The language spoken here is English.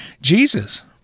Jesus